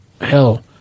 hell